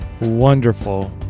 wonderful